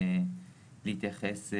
אף אחד לא הזכיר אותו,